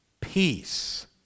Peace